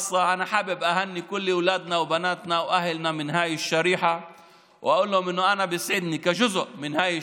יש כאלה שאומרים אנשים עם יכולות ויש כאלה שקוראים להם אנשים עם אתגרים.